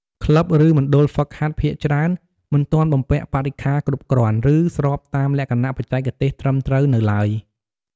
ក្លឹប ឬមណ្ឌលហ្វឹកហាត់ភាគច្រើនមិនទាន់បំពាក់បរិក្ខារគ្រប់គ្រាន់ ឬស្របតាមលក្ខណៈបច្ចេកទេសត្រឹមត្រូវនៅឡើយ។